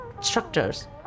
structures